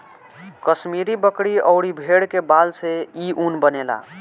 कश्मीरी बकरी अउरी भेड़ के बाल से इ ऊन बनेला